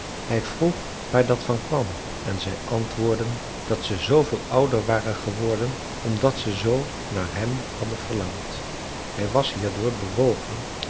hij vroeg waar dat van kwam en zij antwoordden dat ze zooveel ouder waren geworden omdat ze zoo naar hem hadden verlangd hij was hierdoor bewogen